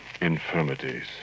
infirmities